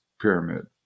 pyramid